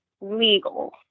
legal